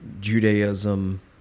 Judaism